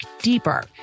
deeper